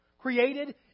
Created